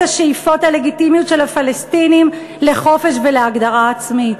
השאיפות הלגיטימיות של הפלסטינים לחופש ולהגדרה עצמית.